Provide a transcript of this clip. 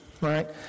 Right